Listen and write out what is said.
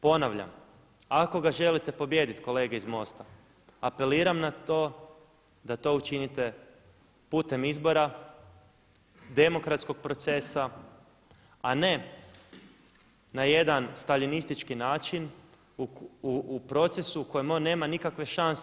Ponavljam, ako ga želite pobijediti kolege iz MOST-a apeliram na to da to učinite putem izbora, demokratskog procesa a ne na jedan staljinistički način u procesu u kojem on nema nikakve šanse.